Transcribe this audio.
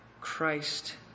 Christ